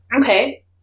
Okay